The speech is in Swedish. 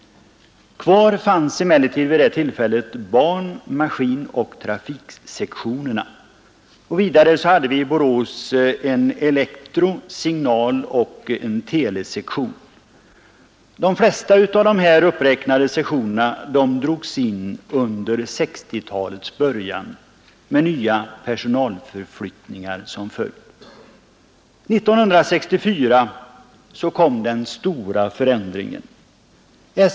Kvar fanns emellertid vid det tillfället ban-, maskinoch trafiksektionerna. Vidare hade vi i Borås en elektro-, signaloch telesektion. De flesta av de här uppräknade sektionerna drogs in under 1960-talets början med nya personalförflyttningar som följd. År 1964 kom den stora förändringen.